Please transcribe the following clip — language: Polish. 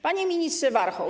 Panie Ministrze Warchoł!